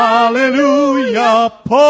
Hallelujah